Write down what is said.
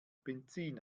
benzin